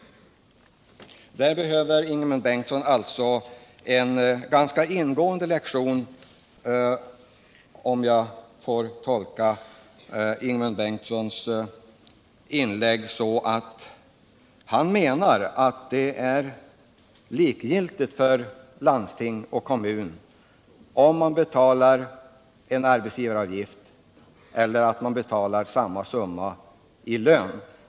I de här frågorna behöver Ingemund Bengtsson en ganska ingående lektion, åtminstone om jag skall tolka hans inlägg så att han menar att det är likgiltigt för landsting och kommun om de betalar en arbetsgivaravgift eller om de betalar motsvarande summa i lön.